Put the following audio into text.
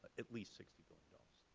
at least sixty billion dollars,